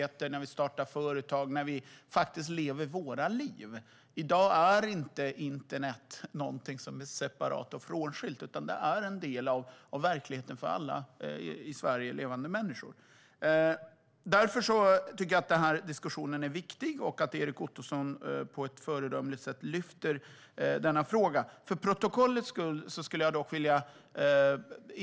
Det handlar om när vi startar företag och om när vi faktiskt lever våra liv. I dag är inte internet någonting som är separat och frånskilt, utan det är en del av verkligheten för alla i Sverige levande människor. Därför tycker jag att den här diskussionen är viktig, och Erik Ottoson lyfter denna fråga på ett föredömligt sätt. För protokollets skull skulle jag dock vilja säga något.